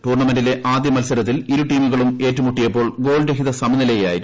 ടൂർണമെന്റിലെ ആദ്യ മത്സരത്തിൽ ഇരു ടീമുകളും ഏറ്റുമുട്ടിയപ്പോൾ ഗോൾ രഹിത സമനിലയിലായിരുന്നു